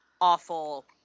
awful